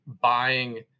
buying